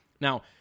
Now